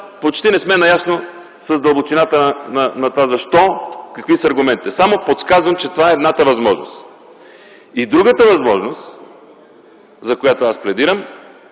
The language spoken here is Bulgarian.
почти не сме наясно с дълбочината на това: защо, какви са аргументите? Само подсказвам, че това е едната възможност. И другата възможност, за която аз пледирам,